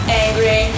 angry